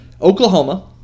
Oklahoma